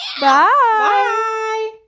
Bye